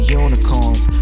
unicorns